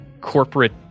corporate